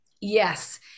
Yes